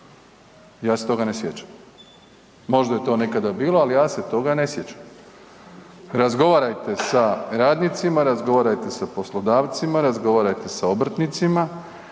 ja se toga ne sjećam, možda je to nekada bilo, ali ja se toga ne sjećam. Razgovarajte sa radnicima, razgovarajte sa poslodavcima, razgovarajte sa obrtnicima,